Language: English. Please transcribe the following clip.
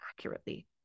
accurately